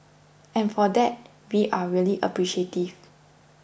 and for that we are really appreciative